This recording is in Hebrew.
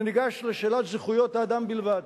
אני ניגש לשאלת זכויות האדם בלבד.